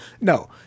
No